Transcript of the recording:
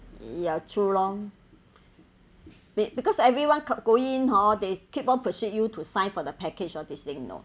ya true lor be~ because everyone go in hor they keep on persuade you to sign for the package all these thing you know